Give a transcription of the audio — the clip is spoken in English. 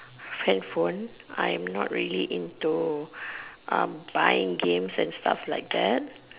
hand phone I am not really into buying games and stuff like that